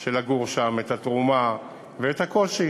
של לגור שם, את התרומה ואת הקושי.